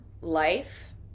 life